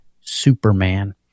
Superman